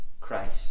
Christ